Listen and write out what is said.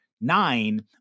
nine